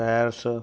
Paris